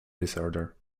disorder